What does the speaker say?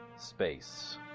space